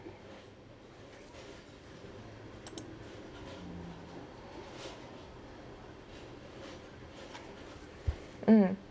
mm